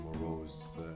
morose